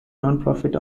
nonprofit